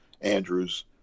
Andrews